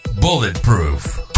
bulletproof